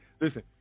Listen